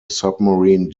submarine